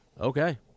okay